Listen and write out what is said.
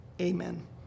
amen